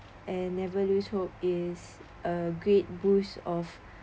and never lose hope is a great boost of